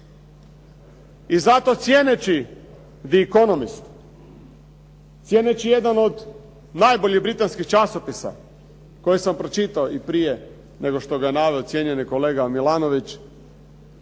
I zato cijeneći "The economist", cijeneći jedan od najboljih britanskih časopisa koje sam pročitao i prije nego što ga je naveo cijenjeni kolega Milanović,